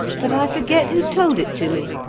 but i forget who told it to me.